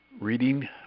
reading